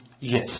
Yes